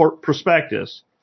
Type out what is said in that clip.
prospectus